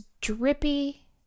drippy